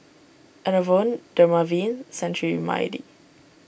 Enervon Dermaveen Cetrimide